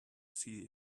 see